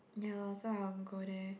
ya lor so I want go there